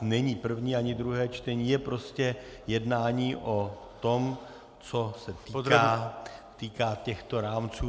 Není první ani druhé čtení, je prostě jednání o tom, co se týká těchto rámců.